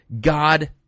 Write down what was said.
God